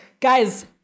Guys